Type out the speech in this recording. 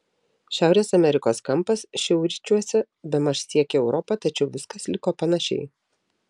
šiaurės amerikos kampas šiaurryčiuose bemaž siekė europą tačiau viskas liko panašiai